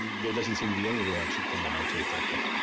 there doesn't seem to be any reaction from mit at that point.